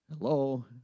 Hello